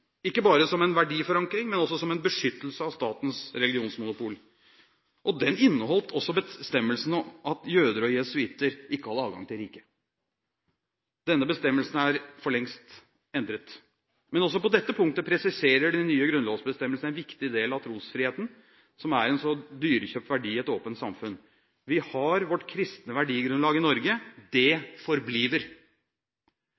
ikke bare som en verdiforankring, men også som en beskyttelse av statens religionsmonopol. Den inneholdt også bestemmelsen om at jøder og jesuitter ikke hadde adgang til riket. Denne bestemmelsen er for lengst endret. Men også på dette punktet presiserer de nye grunnlovsbestemmelsene en viktig del av trosfriheten som er en så dyrekjøpt verdi i et åpent samfunn. Vi har vårt kristne verdigrunnlag i Norge. Det